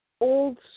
old